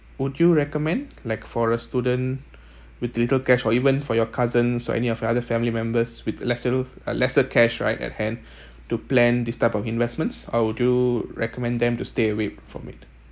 would you recommend like for a student with little cash or even for your cousins or any of the other family members with lesser uh lesser cash right at hand to plan this type of investments or would you recommend them to stay away from it